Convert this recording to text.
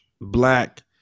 black